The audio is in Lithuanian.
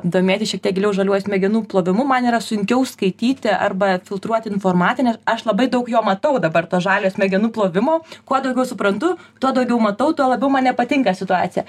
domėtis šiek tiek giliau žaliuoju smegenų plovimu man yra sunkiau skaityti arba filtruoti informaciją nes aš labai daug jo matau dabar to žalio smegenų plovimo kuo daugiau suprantu tuo daugiau matau tuo labiau man nepatinka situacija